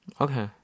Okay